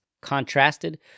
contrasted